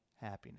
happiness